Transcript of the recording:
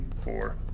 four